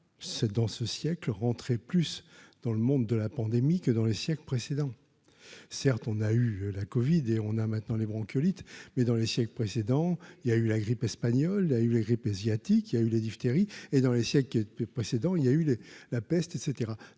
c'est dans ce siècle rentrer plus dans le monde de la pandémie que dans les siècles précédents, certes, on a eu la Covid et on a maintenant les bronchiolites, mais dans les siècles précédents, il y a eu la grippe espagnole a eu la grippe et sciatique, il a eu la diphtérie et dans les siècles qui était passé dans il y a eu la peste, et